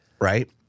right